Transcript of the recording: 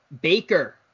Baker